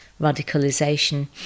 radicalization